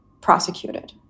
prosecuted